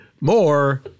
More